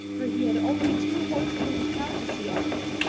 for he had only two horses and a cow to see after,